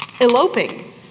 Eloping